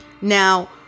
Now